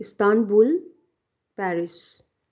Istanbul Paris